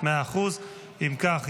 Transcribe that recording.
אם כך,